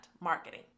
marketing